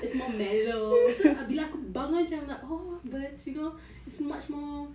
its more mellow so bila aku bangun macam like oh bird you know its much more